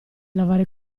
lavare